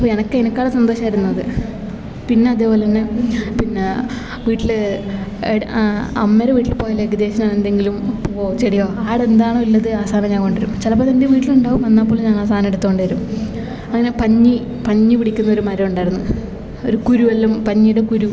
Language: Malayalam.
അപ്പം എനിക്ക് എനിക്കത് സന്തോഷായിരുന്നു അത് പിന്ന അതേപോലെ തന്നെ പിന്ന വീട്ടിൽ എവിടെ അമ്മേര വീട്ടില് പോയാൽ ഏകദേശം എന്തെങ്കിലും പൂവോ ചെടിയോ ആടെ എന്താണോ ഉള്ളത് ആ സാധനം ഞാൻ കൊണ്ട് വരും ചിലപ്പോൾ അത് എൻ്റെ വീട്ടിലുണ്ടാവും എന്നാൽ പോലും ആ സാധനെടുത്തോണ്ട് വരും അതിനെ പഞ്ഞി പഞ്ഞി പിടിക്കുന്നൊരു മരമുണ്ടായിരുന്നു ഒരു കുരുവെല്ലാം പഞ്ഞിടെ കുരു